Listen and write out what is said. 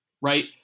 right